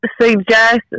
suggest